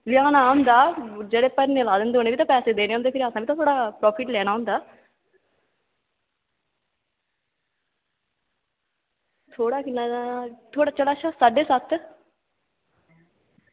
पज़ाना होंदा जेह्ड़े भरनें गी लाएदे होंदे उ'नें गी बी ते पैसे देने होंदे ते फिर असें बी थोह्ड़ा प्राफिट लैना होंदा थोह्ड़ा किन्ना चलो अच्छा साड्डे सत्त